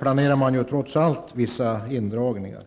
planeras trots allt vissa indragningar.